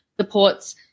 supports